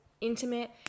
intimate